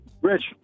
Rich